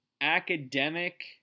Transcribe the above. academic